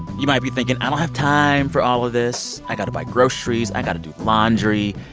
you might be thinking, i don't have time for all of this. i got to buy groceries. i got to do laundry.